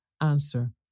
answer